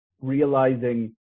realizing